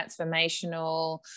transformational